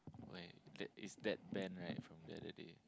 why that is that Ben right from the other day